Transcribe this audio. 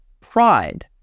pride